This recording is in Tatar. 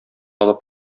алып